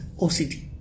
OCD